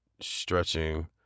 stretching